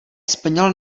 splnil